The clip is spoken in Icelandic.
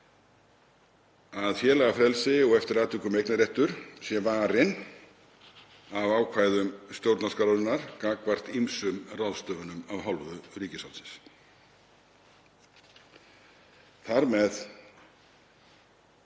að félagafrelsi og eftir atvikum eignarréttur sé varinn af ákvæðum stjórnarskrárinnar gagnvart ýmsum ráðstöfunum af hálfu ríkisvaldsins, þar með